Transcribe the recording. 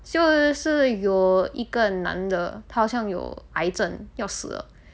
就是有一个男的他好像有癌症要死了